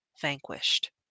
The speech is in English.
vanquished